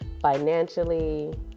financially